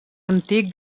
antic